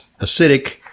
acidic